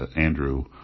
Andrew